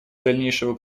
дальнейшего